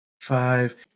five